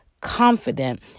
confident